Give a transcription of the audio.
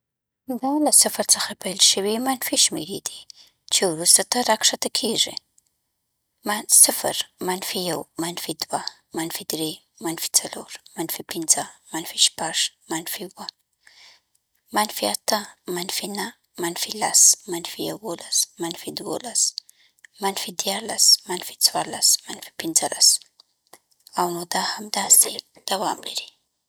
دا له صفر څخه پیل شوي منفي شمېرې دي چې وروسته ته راکښته کېږي: من- صفر منفي یو منفي دوه منفي درې منفي څلور منفي پنځه منفي شپږ منفي اووه منفي اته منفي نهه منفي لس منفي یوولس منفي دولس منفي دیارلس منفي څوارلس منفي پنځلس او نو دا همداسی دوام لری.